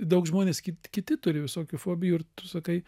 daug žmonės kit kiti turi visokių fobijų ir tu sakai